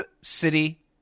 city